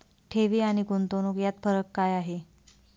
ठेवी आणि गुंतवणूक यात फरक काय आहे?